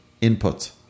input